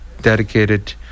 dedicated